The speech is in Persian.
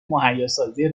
مهیاسازی